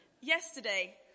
Yesterday